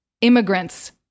immigrants